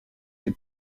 que